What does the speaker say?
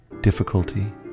difficulty